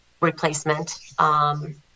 replacement